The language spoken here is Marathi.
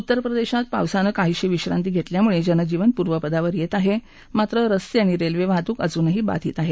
उत्तर प्रदेशात पावसानं काहीशी विश्रांती घेतल्यामुळे जनजीवन पूर्वपदावर येत आहे पण रस्ते आणि रेल्वे वाहतूक अजूनही बाधितच आहे